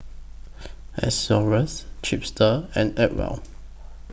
Xorex Chipster and Acwell